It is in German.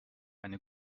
eine